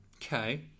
Okay